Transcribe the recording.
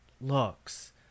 looks